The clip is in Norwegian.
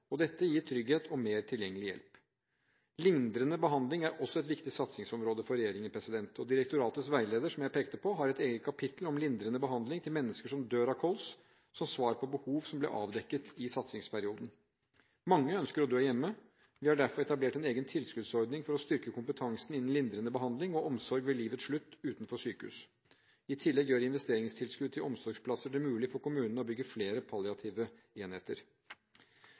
kronikere. Dette gir trygghet og mer tilgjengelig hjelp. Lindrende behandling er også et viktig satsingsområde for regjeringen. Direktoratets veileder, som jeg pekte på, har et eget kapittel om lindrende behandling av mennesker som dør av kols, som svar på behov som ble avdekket i satsingsperioden. Mange ønsker å dø hjemme. Vi har derfor etablert en egen tilskuddsordning for å styrke kompetansen innen lindrende behandling og omsorg ved livets slutt utenfor sykehus. I tillegg gjør investeringstilskuddet til omsorgsplasser det mulig for kommunene å bygge flere palliative enheter.